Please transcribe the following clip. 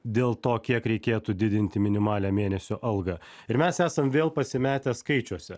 dėl to kiek reikėtų didinti minimalią mėnesio algą ir mes esam vėl pasimetę skaičiuose